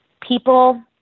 people